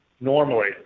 normally